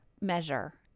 measure